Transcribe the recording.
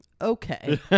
okay